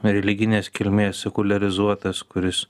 religinės kilmės sekuliarizuotas kuris